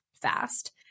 fast